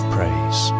Praise